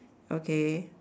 okay